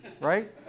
right